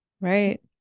right